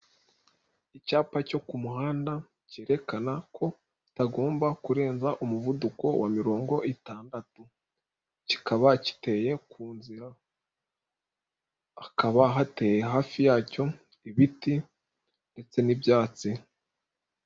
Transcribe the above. Icyapa cyo ku muhanda, cyerekana ko utagomba kurenza umuvuduko wa mirongo itandatu, kikaba giteye ku nzira, hakaba hateye hafi yacyo ibiti ndetse n'ibyatsi.